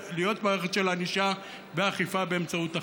להיות מערכת של ענישה ואכיפה באמצעות החוק.